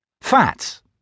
fats